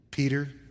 Peter